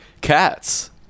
Cats